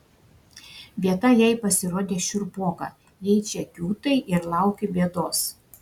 vieta jai pasirodė šiurpoka jei čia kiūtai ir lauki bėdos